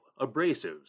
abrasives